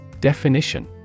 Definition